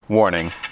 Warning